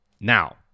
Now